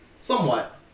Somewhat